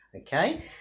okay